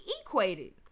equated